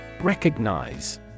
Recognize